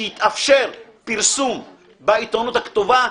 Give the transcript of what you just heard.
שיתאפשר פרסום בעיתונות הכתובה,